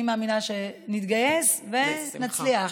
אני מאמינה שנתגייס ונצליח.